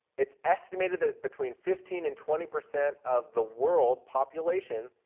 it's estimated that between fifteen and twenty percent of the world population